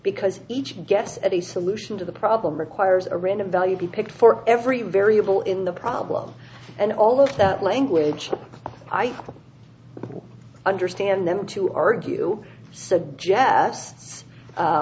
because each gets a solution to the problem requires a random value be picked for every variable in the problem and all of that language i understand them to argue